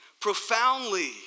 profoundly